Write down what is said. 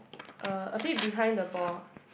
uh a bit behind the ball